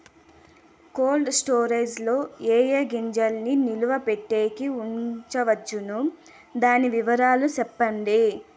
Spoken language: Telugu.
కోల్డ్ స్టోరేజ్ లో ఏ ఏ గింజల్ని నిలువ పెట్టేకి ఉంచవచ్చును? దాని వివరాలు సెప్పండి?